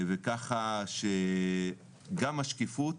כך שגם לשקיפות